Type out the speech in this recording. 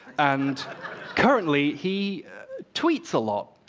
and currently, he tweets a lot!